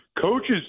Coaches